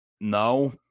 no